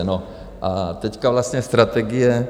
No, a teď vlastně strategie...